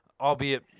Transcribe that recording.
albeit